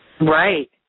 Right